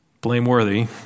blameworthy